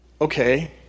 okay